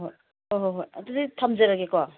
ꯍꯣꯏ ꯍꯣꯏ ꯍꯣꯏ ꯍꯣꯏ ꯑꯗꯨꯗꯤ ꯊꯝꯖꯔꯒꯦꯀꯣ